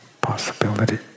possibility